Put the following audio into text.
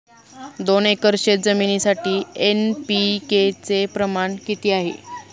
दोन एकर शेतजमिनीसाठी एन.पी.के चे प्रमाण किती आहे?